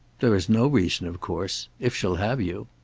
there is no reason, of course. if she'll have you.